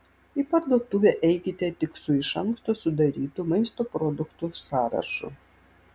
į parduotuvę eikite tik su iš anksto sudarytu maisto produktų sąrašu